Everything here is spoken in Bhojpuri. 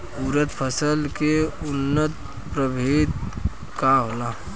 उरद फसल के उन्नत प्रभेद का होला?